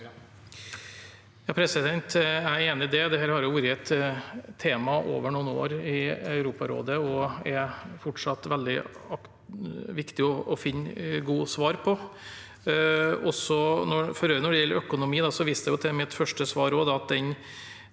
Gram Jeg er enig i det. Dette har vært et tema over noen år i Europarådet, og det er fortsatt veldig viktig å finne gode svar. For øvrig: Når det gjelder økonomi, viste jeg til mitt første svar, og at det